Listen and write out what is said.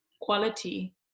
quality